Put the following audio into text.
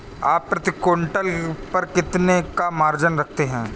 आप प्रति क्विंटल पर कितने का मार्जिन रखते हैं?